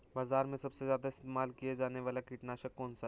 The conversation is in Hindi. बाज़ार में सबसे ज़्यादा इस्तेमाल किया जाने वाला कीटनाशक कौनसा है?